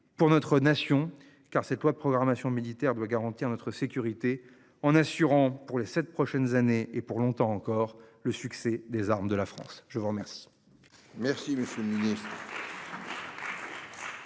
pour notre nation. Car cette loi de programmation militaire doit garantir notre sécurité en assurant pour les 7 prochaines années et pour longtemps encore le succès des armes de la France, je vous remercie.